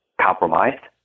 compromised